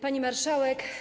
Pani Marszałek!